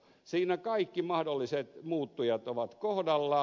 siinä kaikki mahdolliset muuttujat ovat kohdallaan